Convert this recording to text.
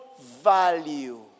value